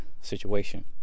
situation